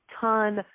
ton